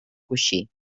coixí